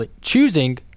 choosing